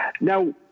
Now